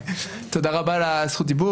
אדוני חבר הכנסת גלעד קריב,